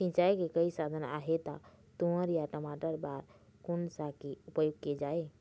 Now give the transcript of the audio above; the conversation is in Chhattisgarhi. सिचाई के कई साधन आहे ता तुंहर या टमाटर बार कोन सा के उपयोग किए जाए?